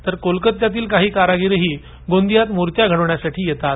तर कोलकात्यातील काही कारगिरी देखील गोंदियात मूर्त्या घडविण्यासाठी येत होते